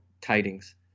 tidings